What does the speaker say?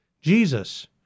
Jesus